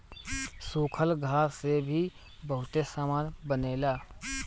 सूखल घास से भी बहुते सामान बनेला